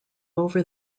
over